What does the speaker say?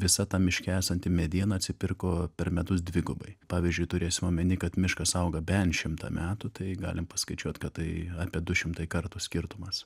visa ta miške esanti mediena atsipirko per metus dvigubai pavyzdžiui turėsim omeny kad miškas auga bent šimtą metų tai galim paskaičiuot kad tai apie du šimtai kartų skirtumas